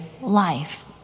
life